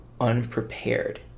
unprepared